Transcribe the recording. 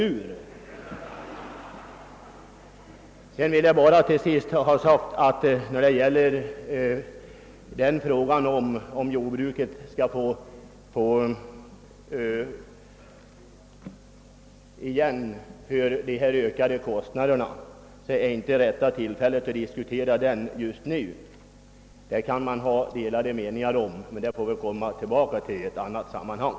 Till sist vill jag bara ha sagt att det här inte är rätta tillfället att diskutera huruvida jordbruket skall få ersättning för de ökade kostnaderna. Man kan ha delade meningar om den saken, men vi får återkomma till den i ett annat sammanhang.